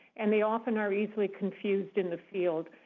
and they often are easily confused in the field.